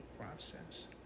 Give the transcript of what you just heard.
process